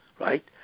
right